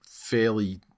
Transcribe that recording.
Fairly